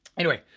anyway,